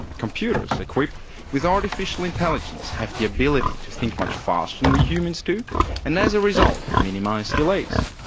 computers, equipped with artificial intelligence, have the ability to think much faster than we humans do and as a result minimise delays.